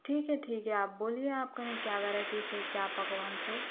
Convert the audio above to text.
ٹھیک ہے ٹھیک آپ بولیے آپ کے کیا ورائیٹیز ہے کیا پکوان ہے